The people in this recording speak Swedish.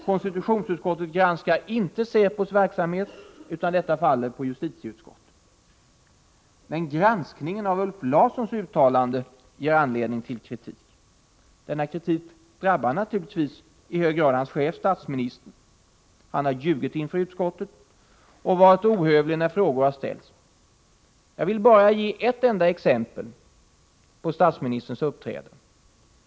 Konstitutionsutskottet granskar inte säpos verksamhet, utan detta faller på justitieutskottet. Men granskningen av Ulf Larssons uttalande ger anledning till kritik. Denna kritik drabbar naturligtvis i hög grad hans chef, statsministern, som har ljugit inför utskottet och varit ohövlig när frågor har ställts. Jag vill bara ge ett enda exempel på statsministerns uppträdande.